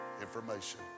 information